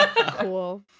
Cool